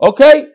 Okay